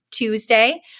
Tuesday